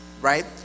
right